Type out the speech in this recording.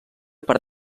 per